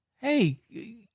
Hey